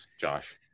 Josh